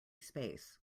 space